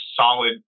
solid